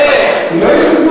איך?